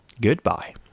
goodbye